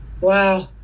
Wow